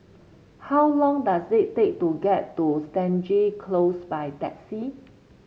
how long does it take to get to Stangee Close by taxi